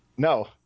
No